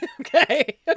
Okay